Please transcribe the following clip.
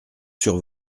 sur